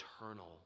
eternal